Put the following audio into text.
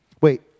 Wait